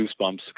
goosebumps